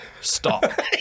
stop